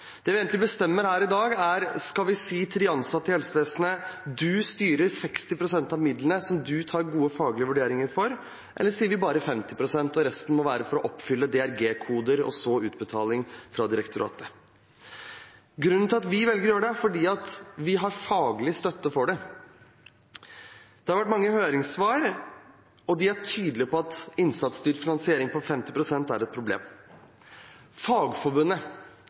Det vi egentlig bestemmer her i dag, er: Skal vi si til de ansatte i helsevesenet at de styrer 60 pst. av midlene som de tar gode faglige vurderinger for, eller sier vi bare 50 pst., og resten må være for å oppfylle DRG-koder og så utbetaling fra direktoratet? Grunnen til at vi velger å gjøre dette, er at vi har faglig støtte for det. Det har vært mange høringssvar, og de er tydelige på at innsatsstyrt finansiering på 50 pst. er et problem. Fagforbundet,